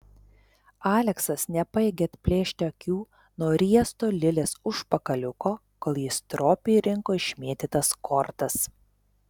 aleksas nepajėgė atplėšti akių nuo riesto lilės užpakaliuko kol ji stropiai rinko išmėtytas kortas